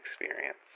experience